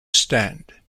stand